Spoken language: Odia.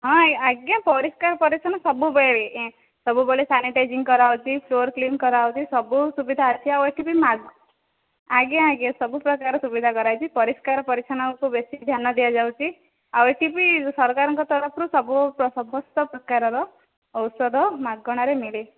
ହଁ ଆଜ୍ଞା ପରିଷ୍କାର ପରିଚ୍ଛନ୍ନ ସବୁ ବେଳେ ସବୁବେଳେ ସାନିଟାଇଜିଂ କରା ହେଉଛି ଫ୍ଲୋର କ୍ଲିନ୍ କରା ହେଉଛି ସବୁ ସୁବିଧା ଅଛି ଆଉ ଏହିଠି ବି ମା ଆଜ୍ଞା ଆଜ୍ଞା ସବୁ ପ୍ରକାର ସୁବିଧା କରା ଯାଇଛି ପରିଷ୍କାର ପରିଚ୍ଛନ୍ନକୁ ବେଶି ଧ୍ୟାନ ଦିଆଯାଉଛି ଆଉ ଏହିଠି ବି ସରକାରଙ୍କ ତରଫରୁ ସବୁ ସମସ୍ତ ପ୍ରକାରର ଔଷଧ ମାଗଣାରେ ମିଳେ